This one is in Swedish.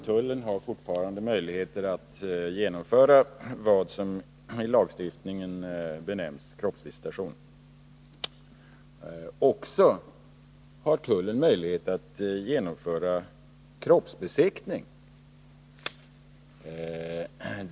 Tullen har fortfarande möjligheter att genomföra vad som i lagstiftningen benämns kroppsvisitation. Dessutom har tullen möjlighet att genomföra kroppsbesiktning.